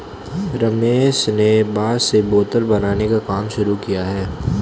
रमेश ने बांस से बोतल बनाने का काम शुरू किया है